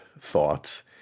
thoughts